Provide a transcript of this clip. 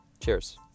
Cheers